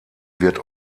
wird